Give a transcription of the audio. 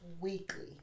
Weekly